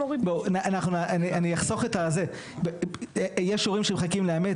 יש הורים שמחכים לאמץ,